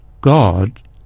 God